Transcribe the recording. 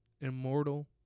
immortal